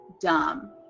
dumb